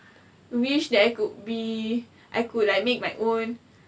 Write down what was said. wish that I could be I could like make my own